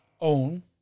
own